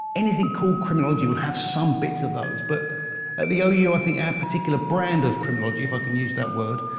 anything called criminology will have some bits of those. but at the ou, i think our particular brand of criminology, if i can use that word,